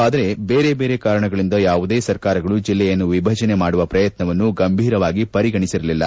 ಆದರೆ ಬೇರೆ ಬೇರೆ ಕಾರಣಗಳಿಂದ ಯಾವುದೇ ಸರ್ಕಾರಗಳು ಜಿಲ್ಲೆಯನ್ನು ವಿಭಜನೆ ಮಾಡುವ ಪ್ರಯತ್ನವನ್ನು ಗಂಭೀರವಾಗಿ ಪರಿಗಣಿಸಿರಲಿಲ್ಲ